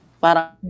Parang